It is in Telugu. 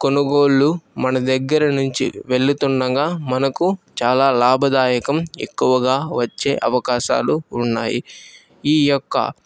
కొనుగోళ్లు మన దగ్గిర నుంచి వెళ్తుండగా మనకు చాలా లాభదాయకం ఎక్కువగా వచ్చే అవకాశాలు ఉన్నాయి ఈ యొక్క